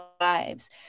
lives